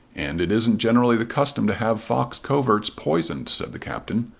and it isn't generally the custom to have fox-coverts poisoned, said the captain,